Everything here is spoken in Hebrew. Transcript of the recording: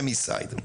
זה פמיסייד.